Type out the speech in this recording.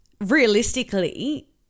realistically